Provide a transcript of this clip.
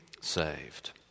saved